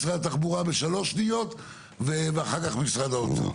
משרד התחבורה בשלוש שניות ואחר כך משרד האוצר.